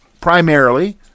Primarily